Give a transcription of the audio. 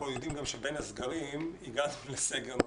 אנחנו יודעים גם שבין הסגרים הגענו לסגר נוסף.